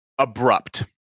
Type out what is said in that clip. abrupt